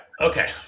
okay